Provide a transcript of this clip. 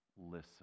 listen